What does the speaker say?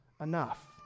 enough